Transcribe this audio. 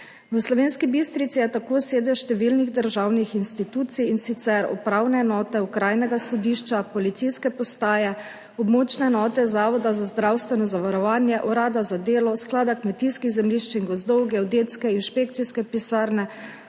V Slovenski Bistrici je tako sedež številnih državnih institucij, in sicer: upravne enote, okrajnega sodišča, policijske postaje, območne enote Zavoda za zdravstveno zavarovanje, urada za delo, izpostava Sklada kmetijskih zemljišč in gozdov, geodetske inšpekcijske pisarne,